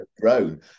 grown